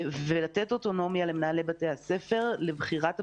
ולתת אוטונומיה למנהלי בתי הספר לבחירת הפעילות,